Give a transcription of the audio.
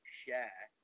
share